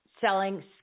selling